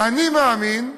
"אני מאמין,